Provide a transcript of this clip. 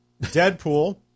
deadpool